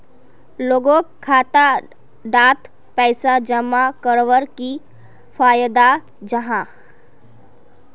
लोगोक खाता डात पैसा जमा कवर की फायदा जाहा?